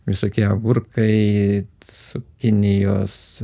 visokie agurkai cukinijos